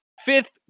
fifth